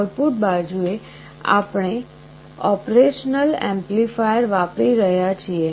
output બાજુએ આપણે operational amplifier વાપરી રહ્યા છીએ